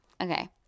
Okay